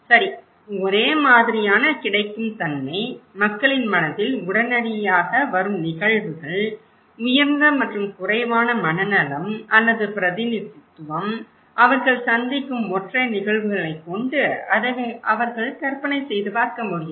சரி ஒரே மாதிரியான கிடைக்கும் தன்மை மக்களின் மனதில் உடனடியாக வரும் நிகழ்வுகள் உயர்ந்த மற்றும் குறைவான மனநலம் அல்லது பிரதிநிதித்துவம் அவர்கள் சந்திக்கும் ஒற்றை நிகழ்வுகளை கொண்டு அதை அவர்கள் கற்பனை செய்து பார்க்க முடியும்